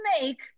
make